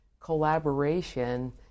collaboration